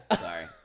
Sorry